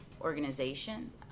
organization